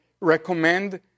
recommend